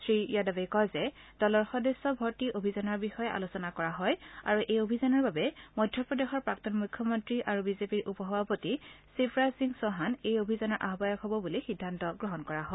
শ্ৰীযাদৱে কয় যে দলৰ সদস্য পদৰ অভিযানৰ বিষযে আলোচনা কৰা হয় আৰু এই অভিযানৰ বাবে মধ্যপ্ৰদেশৰ প্ৰাক্তন মুখ্যমন্ত্ৰী আৰু বিজেপিৰ উপ সভাপতি শিৱৰাজ সিং চৌহান এই অভিযানৰ আহায়ক হব বুলি সিদ্ধান্ত গ্ৰহণ কৰা হয়